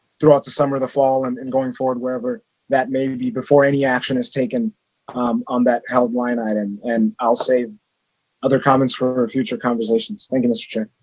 throughout the summer, and the fall and and going forward, wherever that may be before any action is taken on that outline item and i'll save other comments for future conversations. thank you, mr. chair.